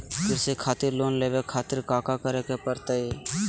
कृषि खातिर लोन लेवे खातिर काका करे की परतई?